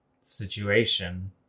situation